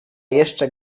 jeszcze